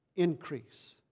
Increase